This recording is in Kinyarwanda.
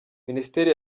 minisiteri